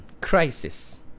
crisis